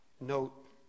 note